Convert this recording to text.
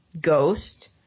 Ghost